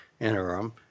interim